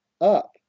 up